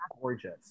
gorgeous